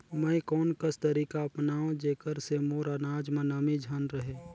मैं कोन कस तरीका अपनाओं जेकर से मोर अनाज म नमी झन रहे?